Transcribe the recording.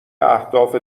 اهداف